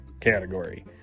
category